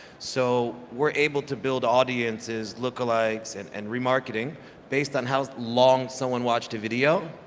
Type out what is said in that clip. so we're able to build audiences, look-alike and and re-marketing based on how long someone watched a video.